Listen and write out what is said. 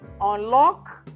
unlock